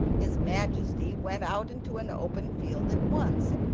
his majesty went out into an open field at once,